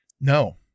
no